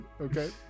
okay